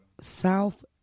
South